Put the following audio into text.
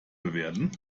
bewerten